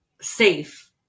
safe